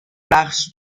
رقص